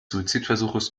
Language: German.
suizidversuches